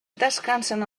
descansen